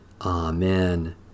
Amen